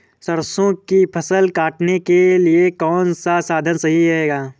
सरसो की फसल काटने के लिए कौन सा साधन सही रहेगा?